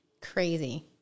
Crazy